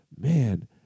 man